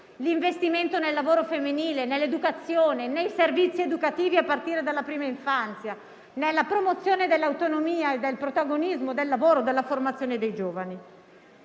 l'investimento nel lavoro femminile, nell'educazione, nei servizi educativi a partire dalla prima infanzia e nella promozione dell'autonomia e del protagonismo del lavoro e della formazione dei giovani.